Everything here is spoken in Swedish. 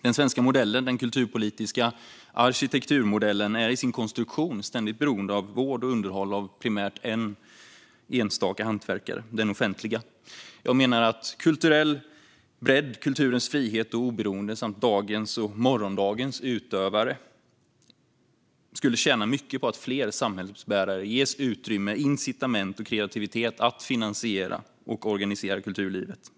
Den svenska modellen - den kulturpolitiska arkitekturmodellen - är i sin konstruktion ständigt beroende av vård och underhåll av primärt en enstaka hantverkare: den offentliga. Jag menar att kulturell bredd, kulturens frihet och oberoende samt dagens och morgondagens utövare skulle tjäna mycket på att fler samhällsbärare ges utrymme, incitament och kreativitet att finansiera och organisera kulturlivet.